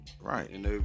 right